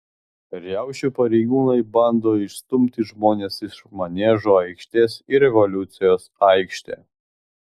riaušių pareigūnai bando išstumti žmones iš maniežo aikštės į revoliucijos aikštę